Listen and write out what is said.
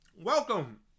Welcome